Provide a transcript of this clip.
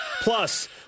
Plus